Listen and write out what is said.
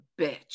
bitch